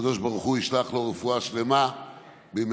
שהקדוש ברוך הוא ישלח לו רפואה שלמה במהרה